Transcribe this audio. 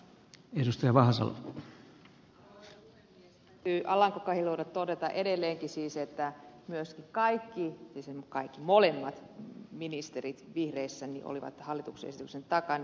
alanko kahiluodolle todeta edelleenkin että siis myös molemmat ministerit vihreissä olivat hallituksen esityksen takana